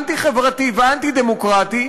אנטי-חברתי ואנטי-דמוקרטי,